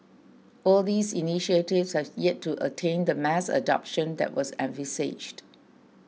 all these initiatives have yet to attain the mass adoption that was envisaged